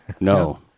no